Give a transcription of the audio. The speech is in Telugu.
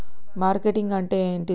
మార్కెటింగ్ అంటే ఏంటిది?